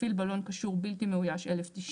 מפעיל בלון קשור בלתי מאויש - 1,090.